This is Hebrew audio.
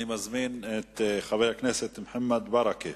אני מזמין את חבר הכנסת מוחמד ברכה.